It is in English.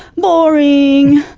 boring,